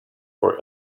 for